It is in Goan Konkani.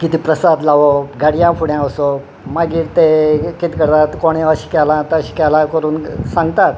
किदे प्रसाद लावप घाडयां फुड्यां वचप मागीर ते कितें करतात कोणे अशें केला तशें केला करून सांगतात